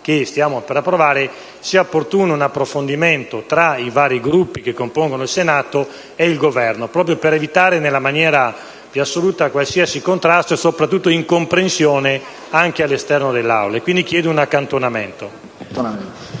che stiamo per approvare, sia opportuno un approfondimento tra i vari Gruppi che compongono il Senato e il Governo, proprio per evitare nella maniera più assoluta qualsiasi contrasto e soprattutto incomprensioni all'esterno dell'Aula. Chiedo, quindi, un accantonamento.